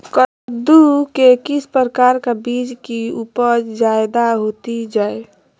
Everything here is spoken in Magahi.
कददु के किस प्रकार का बीज की उपज जायदा होती जय?